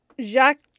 Jacques